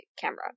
camera